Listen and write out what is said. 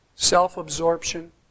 Self-absorption